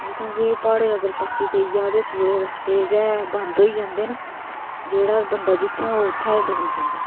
जित्थै कि जित्थै कि् प्हाडे़ं च अगर पस्सी पेई जां ते पूरा रस्ते गै बंद होई जंदे न जेहड़ा बी बंदा जित्थै होग उत्थै गै डकोई जंदा